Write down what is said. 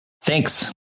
Thanks